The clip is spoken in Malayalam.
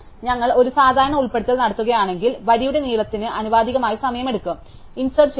അതിനാൽ ഞങ്ങൾ ഒരു സാധാരണ ഉൾപ്പെടുത്തൽ നടത്തുകയാണെങ്കിൽ വരിയുടെ നീളത്തിന് ആനുപാതികമായി സമയമെടുക്കും ഞങ്ങൾ ഇൻസേർട് ചെയുക